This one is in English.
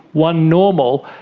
one normal,